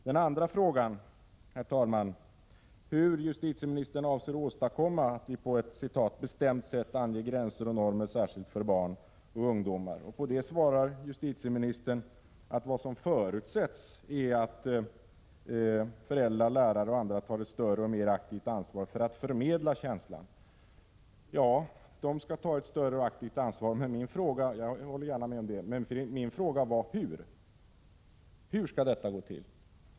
Den andra frågan, herr talman, hur justitieministern avser att vi skall kunna ”på ett bestämt sätt ange gränser och normer särskilt för barn och ungdom” svarar justitieministern att vad som förutsätts är att föräldrar, lärare och andra tar ett större och mer aktivt ansvar för att förmedla känslan av solidaritet och omtanke. Ja, jag håller gärna med om det, men min fråga var hur detta skall gå till.